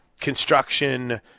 construction